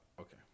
okay